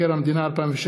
קארין אלהרר,